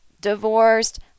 divorced